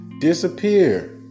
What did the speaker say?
Disappear